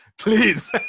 Please